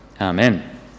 Amen